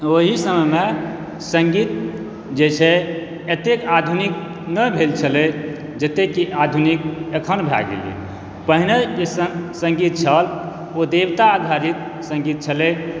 ओहि समयमे सङ्गीत जे छै एतेक आधुनिक नहि भेल छलै जतेक कि आधुनिक एखन भए गेलै पहिने जे सङ्गीत छल ओ देवता आधारित सङ्गीत छलै